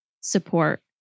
support